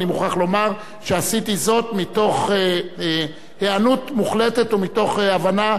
אני מוכרח לומר שעשיתי זאת מתוך היענות מוחלטת ומתוך הבנה,